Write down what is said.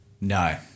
No